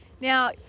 now